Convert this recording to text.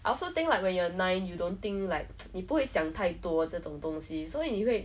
I also think like when you're nine you don't think like 你不会想太多这种东西所以你会